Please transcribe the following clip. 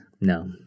No